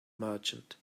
merchant